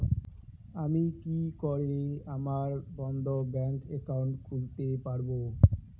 আমি কি করে আমার বন্ধ ব্যাংক একাউন্ট খুলতে পারবো?